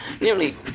nearly